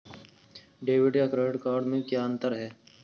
Debit या credit card में क्या अन्तर है?